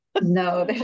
no